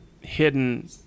hidden